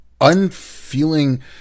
unfeeling